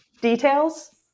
details